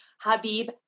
Habib